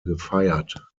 gefeiert